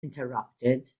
interrupted